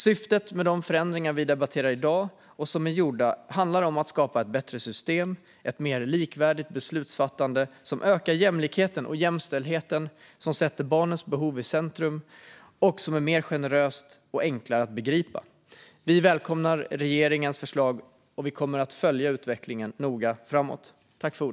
Syftet med de förändringar vi debatterar i dag och som är gjorda handlar om att skapa ett bättre system. Det blir ett mer likvärdigt beslutsfattande som ökar jämlikheten och jämställdheten, som sätter barnens behov i centrum och som är mer generöst och enklare att begripa. Vi välkomnar regeringens förslag, och vi kommer att följa utvecklingen noga framöver.